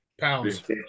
pounds